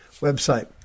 website